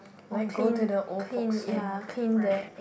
like go to the old folks home right